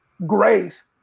Grace